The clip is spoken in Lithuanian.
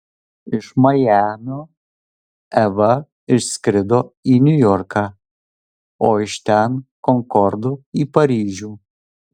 iš majamio eva išskrido į niujorką o iš ten konkordu į paryžių